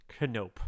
canope